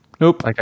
Nope